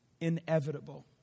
inevitable